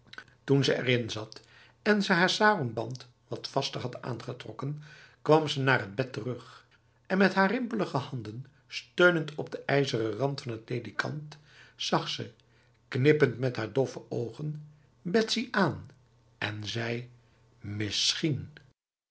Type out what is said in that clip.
toen ze erin zat en ze haar sarongband wat vaster had aangetrokken kwam ze naar het bed terug en met haar rimpelige handen steunend op de ijzeren rand van het ledikant zag ze knippend met haar doffe ogen betsy aan en zei misschien